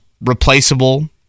replaceable